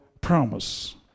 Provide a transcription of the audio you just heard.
promise